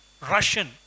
Russian